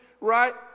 right